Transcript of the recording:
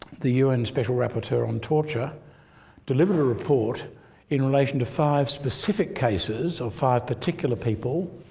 the un special rapporteur on torture delivered a report in relation to five specific cases of five particular people